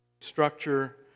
structure